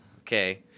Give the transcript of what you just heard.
okay